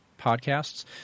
podcasts